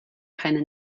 keine